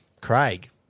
Craig